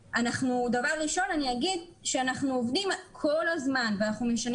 דבר ראשון אני אגיד שאנחנו עובדים כל הזמן ואנחנו משנים